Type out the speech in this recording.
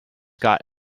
got